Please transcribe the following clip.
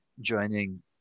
joining